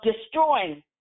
destroying